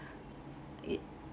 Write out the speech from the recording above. it